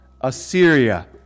Assyria